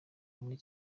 muri